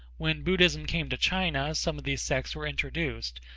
when buddhism came to china some of these sects were introduced,